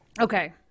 okay